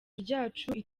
ryacu